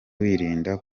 wirinda